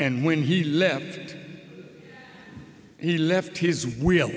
and when he left it he left his will